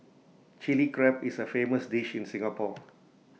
Chilli Crab is A famous dish in Singapore